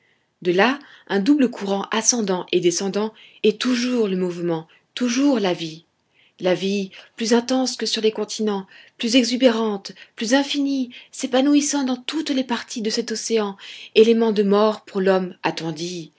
de là un double courant ascendant et descendant et toujours le mouvement toujours la vie la vie plus intense que sur les continents plus exubérante plus infinie s'épanouissant dans toutes les parties de cet océan élément de mort pour l'homme